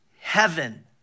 heaven